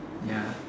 ya